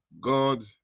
God